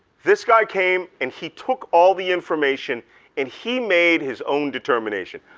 this guy came and he took all the information and he made his own determination.